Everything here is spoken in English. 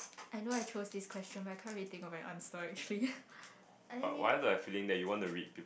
I know I chose this question but I can't really think of an answer actually eh